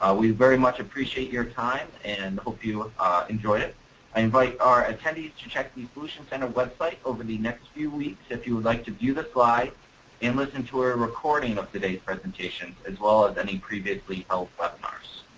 ah we had very much appreciate your time and hope you enjoy it. i invite our attendees to check the solutions center website over the next few days. if you would like to view the slide and listen to our recording of today's presentation as well as any previously held webinars.